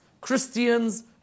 Christians